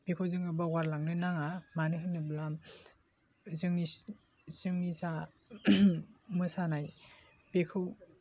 बेखौ जोङो बावगारलांनो नाङा मानो होनोब्ला जोंनि जोंनि जा मोसानाय बेखौ